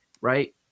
right